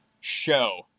show